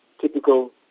typical